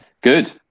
good